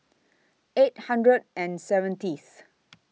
eight hundred and seventh